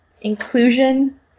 inclusion